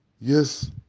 Yes